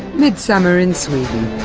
midsummer in sweden.